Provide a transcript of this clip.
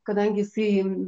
kadangi jisai